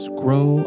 grow